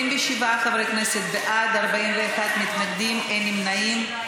27 חברי כנסת בעד, 41 מתנגדים, אין נמנעים.